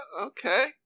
Okay